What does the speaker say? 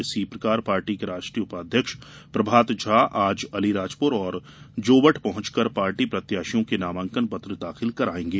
इसी प्रकार पार्टी के राष्ट्रीय उपाध्यक्ष प्रभात झा आज अलीराजपुर और जोबट पहंचकर पार्टी प्रत्याशियों के नामांकन पत्र दाखिल कराएंगे